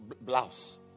blouse